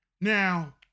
now